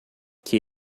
que